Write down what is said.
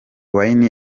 wayne